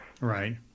Right